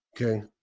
Okay